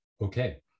Okay